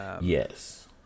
Yes